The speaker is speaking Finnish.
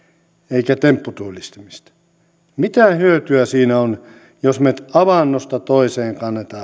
eivätkä tempputyöllistämistä mitä hyötyä siitä on jos me avannosta toiseen kannamme vettä